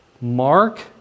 Mark